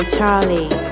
Charlie